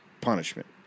punishment